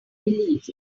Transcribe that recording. believe